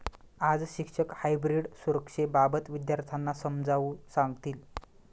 आज शिक्षक हायब्रीड सुरक्षेबाबत विद्यार्थ्यांना समजावून सांगतील